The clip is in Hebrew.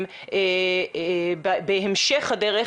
בהמשך הדרך,